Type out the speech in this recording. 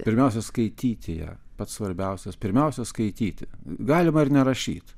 pirmiausia skaityti ją pats svarbiausias pirmiausia skaityti galima ir nerašyti